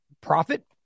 profit